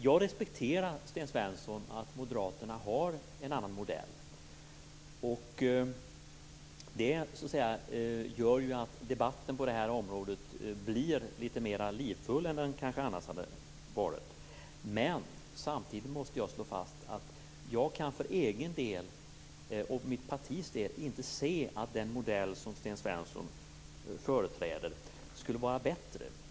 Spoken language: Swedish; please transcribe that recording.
Jag respekterar att Moderaterna har en annan modell, Sten Svensson. Det gör ju att debatten på det här området blir litet mer livfull än den kanske hade blivit annars. Men samtidigt måste jag slå fast att jag och mitt parti inte kan se att den modell som Sten Svensson företräder skulle vara bättre.